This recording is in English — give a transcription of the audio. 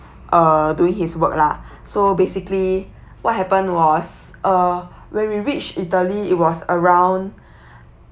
uh doing his work lah so basically what happened was uh when we reached italy it was around